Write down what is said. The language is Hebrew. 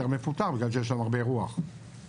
מפותח בגלל שיש שם הרבה רוח וגובה.